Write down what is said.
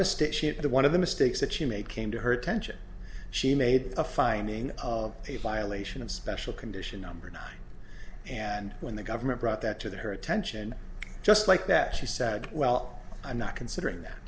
mistake she had to one of the mistakes that you made came to her attention she made a finding of a violation of special condition number nine and when the government brought that to their attention just like that she said well i'm not considering that